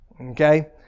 Okay